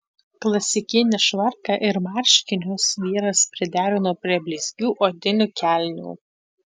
klasikinį švarką ir marškinius vyras priderino prie blizgių odinių kelnių